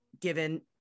given